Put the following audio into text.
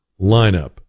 lineup